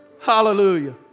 hallelujah